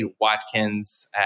Watkins